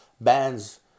bands